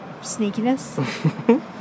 sneakiness